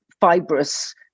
fibrous